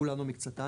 כולן או מקצתן,